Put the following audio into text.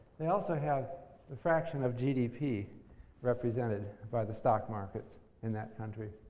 they also have the fraction of gdp represented by the stock markets in that country.